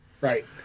Right